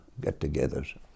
get-togethers